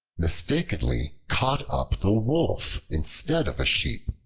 mistakenly caught up the wolf instead of a sheep,